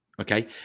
okay